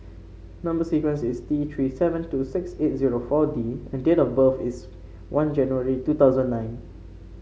number sequence is T Three seven two six eight zero four D and date of birth is one January two thousand nine